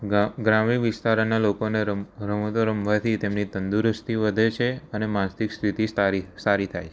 ગ્રામ્ય વિસ્તારોના લોકોને રમતો રમાવથી તેમની તંદુરસ્તી વધે છે અને માનસિક સ્થિતિ સારી સારી થાય છે